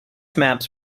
maps